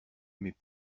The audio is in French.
mes